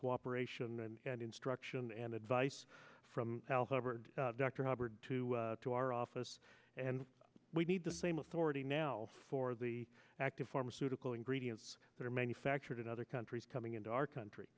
cooperation and instruction and advice from hubbard dr hubbard to to our office and we need the same authority now for the active pharmaceutical and gradients that are manufactured in other countries coming into our country